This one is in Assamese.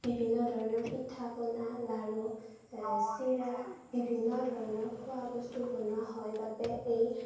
বিভিন্ন ধৰণৰ পিঠা পনা লাড়ু চিৰা বিভিন্ন ধৰণৰ খোৱা বস্তু বনোৱা হয় বাবে এই